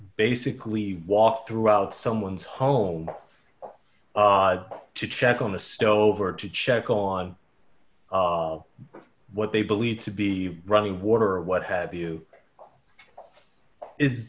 basically walk throughout someone's home to check on the stove or to check on what they believe to be running water or what have you is